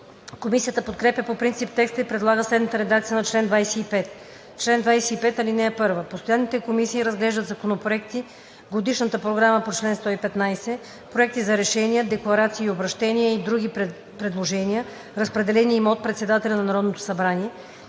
Комисията подкрепя по принцип текста и предлага следната редакция на чл. 25: „Чл. 25. (1) Постоянните комисии разглеждат законопроекти, годишната програма по чл. 115, проекти за решения, декларации и обръщения и други предложения, разпределени им от председателя на Народното събрание,